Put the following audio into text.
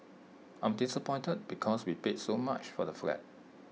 I'm disappointed because we paid so much for the flat